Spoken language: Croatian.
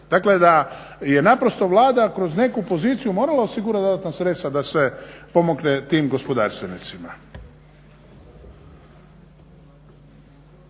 dakle da je naprosto Vlada kroz neku poziciju morala osigurati dodatna sredstva da se pomogne tim gospodarstvenicima.